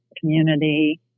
community